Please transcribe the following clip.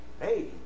hey